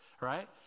right